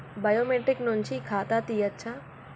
Biometric నుంచి ఖాతా తీయచ్చా?